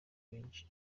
benshi